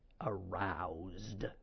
aroused